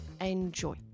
Enjoy